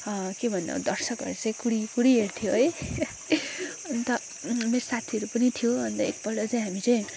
के भन्नु अब दर्शकहरू चाहिँ कुरि कुरि हेर्थ्यो है अन्त मेरो साथीहरू पनि थियो अन्त एकपल्ट चाहिँ हामी चाहिँ